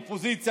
אופוזיציה,